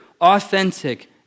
authentic